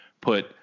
put